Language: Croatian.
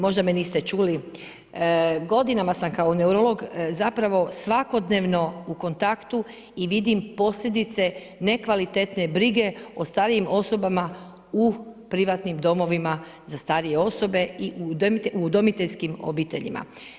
Možda me niste čuli, godinama sam kao neurolog zapravo svakodnevno u kontaktu i vidim posljedice nekvalitetne brige o starijim osobama u privatnim domovima za starije osobe i udomiteljskim obiteljima.